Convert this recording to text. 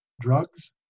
drugs